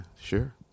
sure